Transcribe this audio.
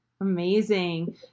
Amazing